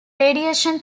radiation